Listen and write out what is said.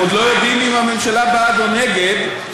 עוד לא יודעים אם הממשלה בעד או נגד,